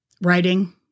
writing